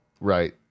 Right